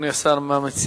אדוני השר, מה מציע?